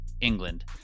England